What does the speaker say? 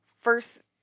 first